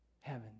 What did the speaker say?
Heaven